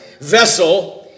vessel